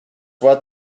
what